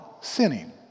sinning